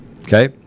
Okay